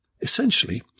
Essentially